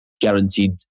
guaranteed